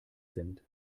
sind